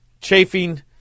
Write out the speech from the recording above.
chafing